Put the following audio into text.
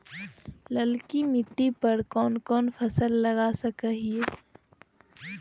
ललकी मिट्टी पर कोन कोन फसल लगा सकय हियय?